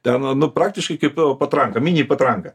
ten nu praktiškai kaip patranka mini patranka